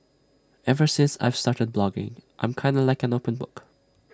ever since I've started blogging I'm kinda like an open book